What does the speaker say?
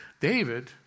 David